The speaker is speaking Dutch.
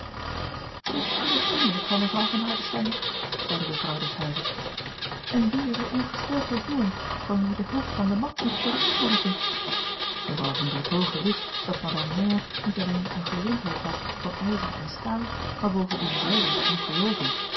t s zeer vriendelijk van evrouw van ardestein zeide de vrouw des huizes en wie is er ongesteld ten uwent voor wien de hulp van e at moest worden ingeroepen w an oertoghe wist dat madame mère niet alleen een gezondheid had van ijzer en staal maar bovendien zelden kon gelooven